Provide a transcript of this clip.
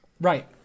Right